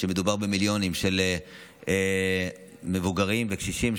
מדובר במיליונים של מבוגרים וקשישים,